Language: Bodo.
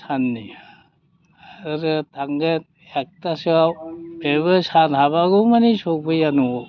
साननि ओरै थांगोन एकथासोआव बेबो सान हाबागौमानि सफैया न'आव